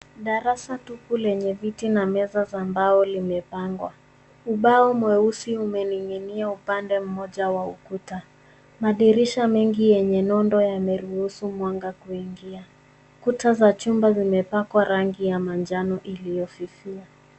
Darasa tupu lenye viti na meza za mbao limepangwa. Ubao mweusi umeninginia upande mmoja wa ukuta. Madirisha mengi yenye nondo yameruhusu mwanga kuingia. Kuta za chumba zimepakwa rangi ya manjano ilio fifia.